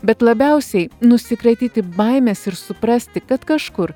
bet labiausiai nusikratyti baimės ir suprasti kad kažkur